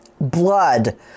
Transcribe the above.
Blood